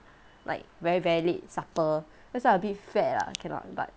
like very very late supper that's why I a bit fat ah cannot but